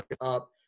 up